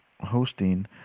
hosting